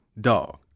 Dog